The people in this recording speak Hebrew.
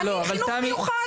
היא חינוך מיוחד.